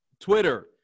Twitter